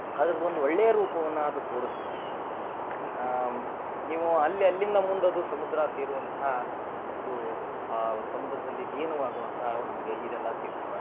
ಅದ್ರದ್ದೊಂದು ಒಳ್ಳೆಯ ರೂಪವನ್ನು ಅದು ತೋರಿಸ್ತದೆ ನೀವು ಅಲ್ಲಿ ಎಲ್ಲಿಂದ ಮುಂದೆ ಅದು ಸಮುದ್ರ ಸೇರುವಂತಹ ಮತ್ತು ಆ ಸಮುದ್ರದಲ್ಲಿ ಲೀನವಾಗುವಂಥವು ನಮಗೆ ಈದೆಲ್ಲ ಸಿಕ್ತಾವ